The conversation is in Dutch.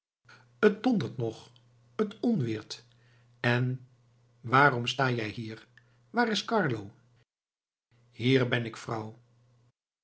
t dondert nog het ontweert en waarom sta jij hier waar is carlo hier ben ik vrouw